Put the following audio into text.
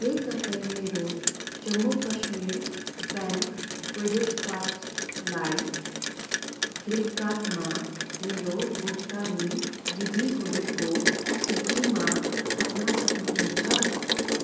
के तपाईँ मेरो जम्मू कश्मीर ब्याङ्क क्रेडिट कार्डलाई फ्लिपकार्टमा मेरो भुक्तानी विधिहरूको सूचीमा थप्न सक्नुहुन्छ